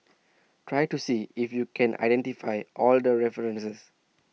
try to see if you can identify all the references